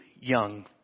young